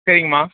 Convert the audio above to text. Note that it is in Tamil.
சரிங்கம்மா